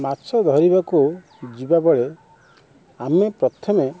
ମାଛ ଧରିବାକୁ ଯିବାବେଳେ ଆମେ ପ୍ରଥମେ